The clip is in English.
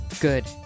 Good